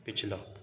پچھلا